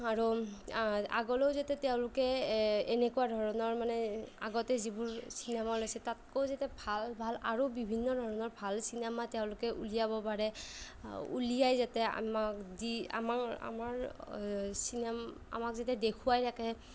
আৰু আগলৈও যাতে তেওঁলোকে এনেকুৱা ধৰণৰ মানে আগতে যিবোৰ চিনেমা ওলাইছে তাতকৈও যাতে ভাল ভাল আৰু বিভিন্ন ধৰণৰ ভাল চিনেমা তেওঁলোকে উলিয়াব পাৰে উলিয়াই যাতে আমাক দি আমাক চিনে আমাক যেতিয়া দেখুৱাই থাকে